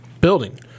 building